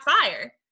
fire